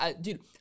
Dude